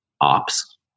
ops